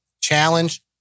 challenge